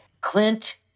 Clint